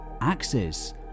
axes